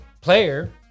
player